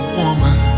woman